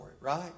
right